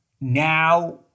now